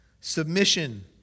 Submission